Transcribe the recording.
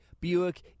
Buick